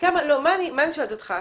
מה אני שואלת אותך,